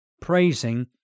praising